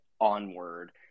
onward